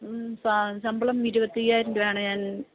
ശമ്പളം ഇരുപത്തിയയ്യായിരം രൂപയാണ് ഞാൻ